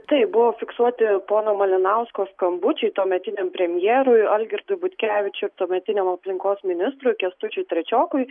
taip buvo fiksuoti pono malinausko skambučiai tuometiniam premjerui algirdui butkevičiu tuometiniam aplinkos ministrui kęstučiui trečiokui